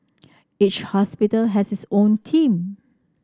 each hospital has its own team